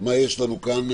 מה יש לנו כאן?